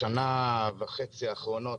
בשנה וחצי האחרונות,